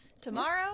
tomorrow